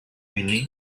really